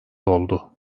oldu